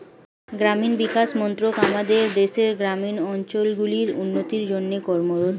গ্রামীণ বিকাশ মন্ত্রক আমাদের দেশের গ্রামীণ অঞ্চলগুলির উন্নতির জন্যে কর্মরত